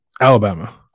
Alabama